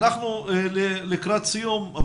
אנחנו לקראת סיום.